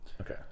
Okay